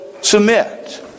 submit